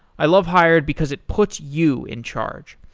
i love hired because it puts you in charge.